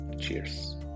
cheers